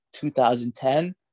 2010